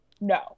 No